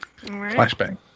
Flashbang